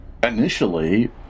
Initially